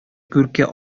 күрке